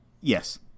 Yes